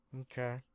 Okay